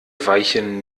weichen